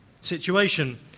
situation